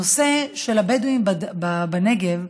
נושא הבדואים בנגב,